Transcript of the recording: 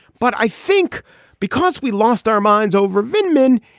but i think because we lost our minds over venkman,